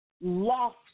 lost